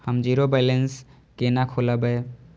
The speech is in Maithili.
हम जीरो बैलेंस केना खोलैब?